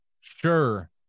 sure